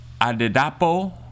Adedapo